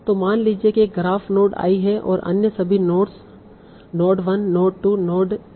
तो मान लें कि एक ग्राफ नोड i हैं और अन्य सभी nodes node 1 node 2 node j और नोड n तक हैं